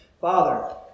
Father